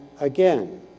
again